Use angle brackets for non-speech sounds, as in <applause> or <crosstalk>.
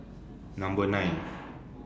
Number nine <noise>